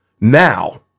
Now